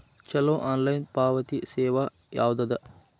ಛಲೋ ಆನ್ಲೈನ್ ಪಾವತಿ ಸೇವಾ ಯಾವ್ದದ?